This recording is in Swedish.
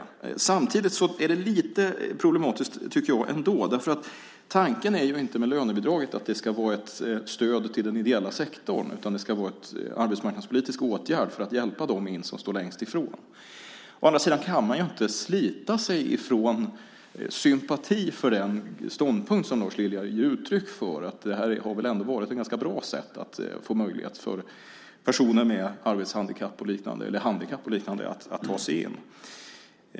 Men samtidigt är det lite problematiskt därför att tanken med lönebidraget inte är att det ska vara ett stöd till den ideella sektorn, utan det ska vara en arbetsmarknadspolitisk åtgärd för att hjälpa de personer att komma in som står längst ifrån. Å andra sidan kan man inte slita sig från en sympati för den ståndpunkt som Lars Lilja ger uttryck för - att det här ändå har varit ett ganska bra sätt för personer med handikapp och liknande att kunna ta sig in.